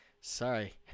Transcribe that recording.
sorry